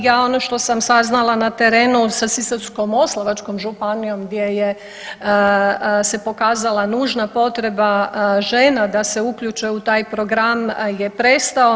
Ja ono što sam saznala na terenu sa Sisačko-moslavačkom županijom gdje se pokazala nužna potreba žena da se uključe u taj program je prestao.